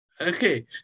okay